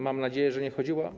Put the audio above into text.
Mam nadzieję, że nie chodziło.